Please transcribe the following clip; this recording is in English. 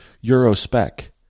Euro-spec